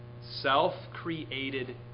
self-created